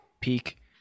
peak